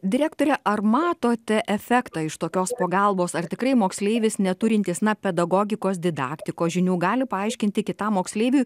direktore ar matote efektą iš tokios pagalbos ar tikrai moksleivis neturintis na pedagogikos didaktikos žinių gali paaiškinti kitam moksleiviui